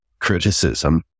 criticism